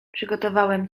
przygotowałem